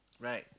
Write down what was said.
right